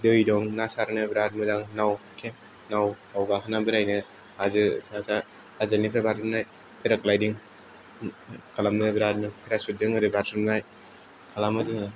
दै दं ना सारनो बेराद मोजां नाव नावआव गाखोनानै बेरायनो हाजो सा सा हाजोनिफ्राय बाज्रुमनाय पेराग्लायदिं खालामो बेरादनो पेरासुटजों ओरै बाज्रुमनाय खालामो जोङो